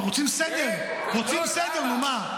רוצים סדר, רוצים סדר, נו, מה?